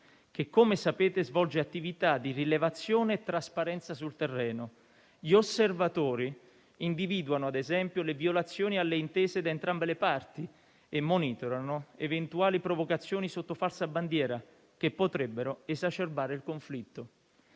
che - come sapete - svolge attività di rilevazione e trasparenza sul terreno. Gli osservatori individuano - ad esempio - le violazioni alle intese da entrambe le parti e monitorano eventuali provocazioni sotto falsa bandiera, che potrebbero esacerbare il conflitto.